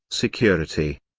security.